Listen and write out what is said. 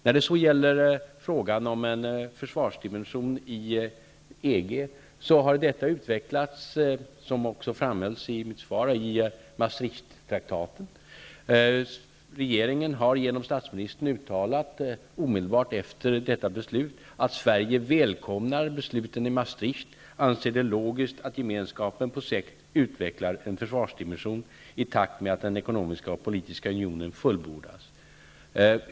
Vidare har vi frågan om en försvarsdimension inom EG. Detta har utvecklats i Maastrichttraktaten -- vilket också framgår av mitt svar. Omedelbart efter det beslutet uttalade regeringen genom statsministern att Sverige välkomnar besluten i Maastricht och anser det logiskt att Gemenskapen på sikt utvecklar en försvarsdimension i takt med att den ekonomiska och politiska unionen fullbordas.